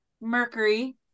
Mercury